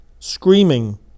Screaming